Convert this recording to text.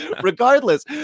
Regardless